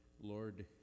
Lord